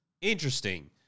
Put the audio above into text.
Interesting